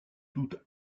tout